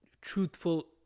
truthful